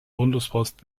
bundespost